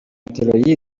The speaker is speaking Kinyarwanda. thyroïde